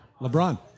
LeBron